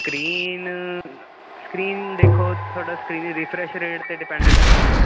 screen screen ਦੇਖੋ ਤੁਹਾਡਾ screen refresh rate 'ਤੇ ਡਿਪੈਂਡ ਕਰਦਾ